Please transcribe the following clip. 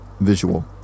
visual